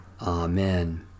Amen